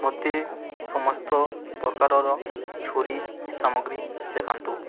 ମୋତେ ସମସ୍ତ ପ୍ରକାରର ଛୁରୀ ସାମଗ୍ରୀ ଦେଖାନ୍ତୁ